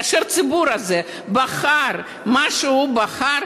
כאשר הציבור הזה בחר מה שהוא בחר,